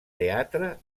teatre